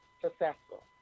successful